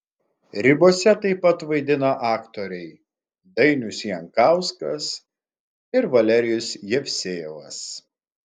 ribose taip pat vaidina aktoriai dainius jankauskas ir valerijus jevsejevas